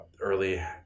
early